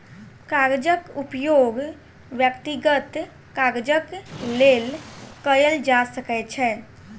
कागजक उपयोग व्यक्तिगत काजक लेल कयल जा सकै छै